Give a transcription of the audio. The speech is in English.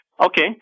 Okay